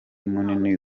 munini